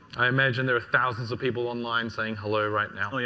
i imagine there are thousands of people online saying hello right now. yeah